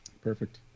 perfect